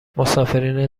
مسافرین